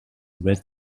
red